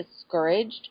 discouraged